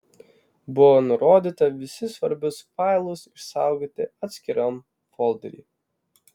buvo nurodyta visi svarbius failus saugoti atskiram folderyje